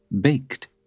baked